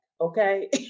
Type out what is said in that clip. okay